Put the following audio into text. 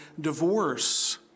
divorce